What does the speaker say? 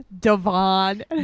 Devon